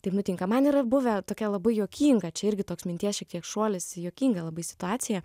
taip nutinka man yra buvę tokia labai juokinga čia irgi toks minties šiek tiek šuolis juokinga labai situacija